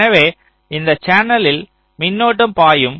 எனவே இந்த சேனலில் மின்னோட்டம் பாயும்